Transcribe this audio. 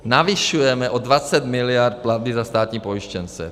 Navyšujeme o 20 mld. platby za státní pojištěnce.